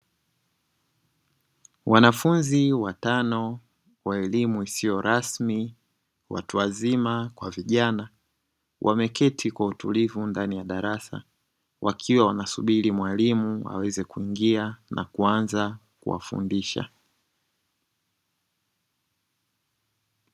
Wanafunzi watano wa elimu isiyo rasmi, watu wazima kwa vijana wameketi kwa utulivu ndani ya darasa wakiwa wanasubiri mwalimu aweze kuingia na kuanza kuwafundisha.